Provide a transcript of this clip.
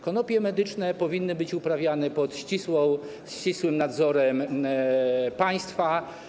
Konopie medyczne powinny być uprawiane pod ścisłym nadzorem państwa.